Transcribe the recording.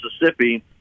Mississippi